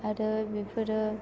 आरो बेफोरो